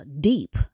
deep